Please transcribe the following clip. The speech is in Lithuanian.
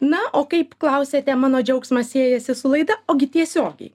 na o kaip klausiate mano džiaugsmas siejasi su laida ogi tiesiogiai